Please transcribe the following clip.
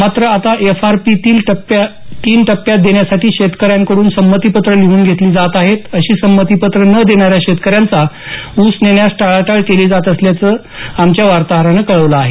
मात्र आता F R P तीन टप्प्यात देण्यासाठी शेतकऱ्यांचे संमतीपत्र लिहून घेतली जात आहेत अशी संमती न देणाऱ्या शेतकऱ्यांचा ऊस नेण्यास टाळाटाळ केली जात असल्याचं आमच्या वार्ताहरानं कळवलं आहे